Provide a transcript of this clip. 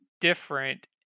different